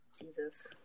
Jesus